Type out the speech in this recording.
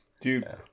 dude